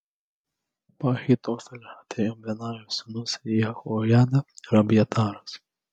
po ahitofelio atėjo benajo sūnus jehojada ir abjataras